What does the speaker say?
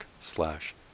slash